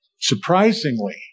Surprisingly